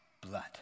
blood